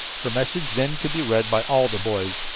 her message then could be read by all the boys.